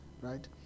right